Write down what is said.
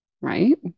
right